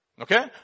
Okay